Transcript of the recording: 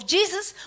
Jesus